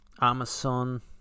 Amazon